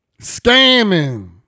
scamming